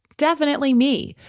definitely me.